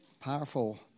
powerful